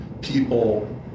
people